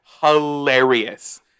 hilarious